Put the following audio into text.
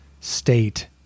state